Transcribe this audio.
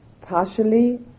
Partially